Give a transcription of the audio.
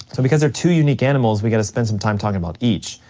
so because they're two unique animals, we gotta spend some time talking about each.